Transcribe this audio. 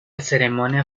ceremonia